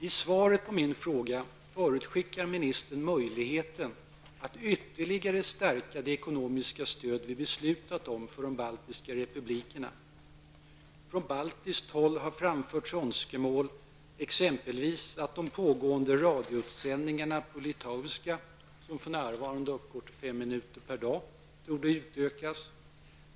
I svaret på min fråga förutskickar ministern möjligheten att ytterligare stärka det ekonomiska stöd vi har beslutat om för de baltiska republikerna. Från baltiskt håll har framförts önskemål bl.a. om att de pågående radiosändningarna på litauiska, som för närvarande uppgår till fem minuter per dag, utökas.